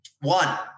One